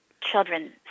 children